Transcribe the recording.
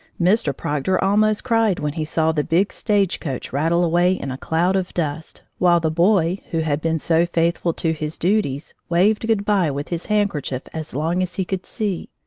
mr. proctor almost cried when he saw the big stage-coach rattle away in a cloud of dust, while the boy who had been so faithful to his duties waved good-by with his handkerchief as long as he could see.